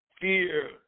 fear